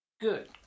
Good